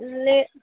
లే